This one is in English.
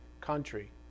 country